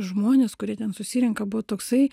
žmonės kurie ten susirenka buvo toksai